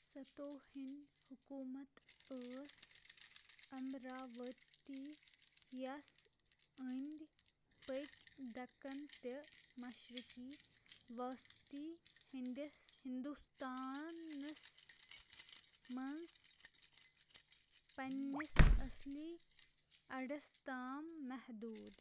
حکوٗمت ٲس امراوتی یَس أنٛدۍ پٔکۍ دکن تہٕ مشرقی وسطی ہنٛدوستانَس منٛز پننِس اصلی اڈَس تام محدوٗد